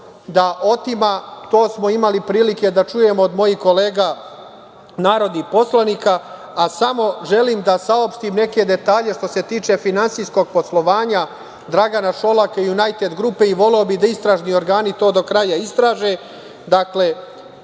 da otima, to smo imali prilike da čujemo od mojih kolega narodnih poslanika, a samo želim da saopštim neke detalje što se tiče finansijskog poslovanja Dragana Šolaka i „Junajted grupe“ i voleo bih da istražni organi to do kraja istraže.